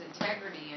integrity